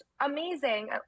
amazing